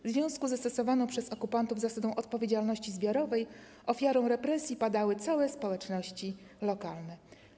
W związku ze stosowaną przez okupantów zasadą odpowiedzialności zbiorowej ofiarą represji padały całe społeczności lokalne.